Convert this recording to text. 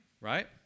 right